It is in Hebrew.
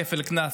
כפל קנס,